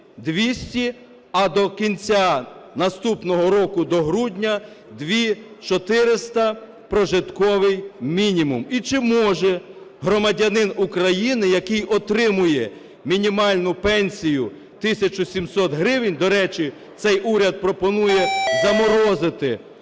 а до кінця наступного року до грудня 2400 прожитковий мінімум, і чи може громадянин України, який отримує мінімальну пенсію 1700 гривень. До речі, цей уряд пропонує заморозити саме